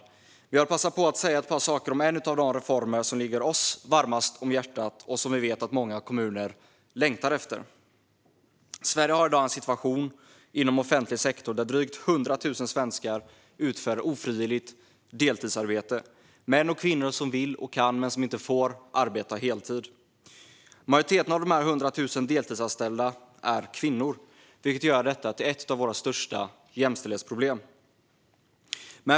Men jag vill passa på att säga ett par saker om en av de reformer som ligger oss varmast om hjärtat och som vi vet att många kommuner längtar efter. Sverige har i dag en situation inom offentlig sektor där drygt hundra tusen svenskar utför ofrivilligt deltidsarbete. Det är män och kvinnor som vill och kan men som inte får arbeta heltid. Majoriteten av dessa hundra tusen deltidsanställda är kvinnor, vilket gör detta till ett av våra största jämställdhetsproblem.